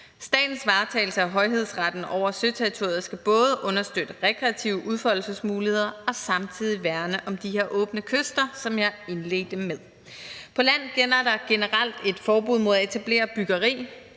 Statens varetagelse af højhedsretten over søterritoriet skal både understøtte rekreative udfoldelsesmuligheder og samtidig værne om de åbne kyster, som jeg indledte med at sige. På land gælder der generelt et forbud mod at etablere byggeri,